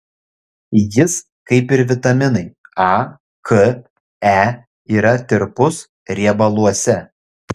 jis kaip ir vitaminai a k e yra tirpus riebaluose